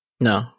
no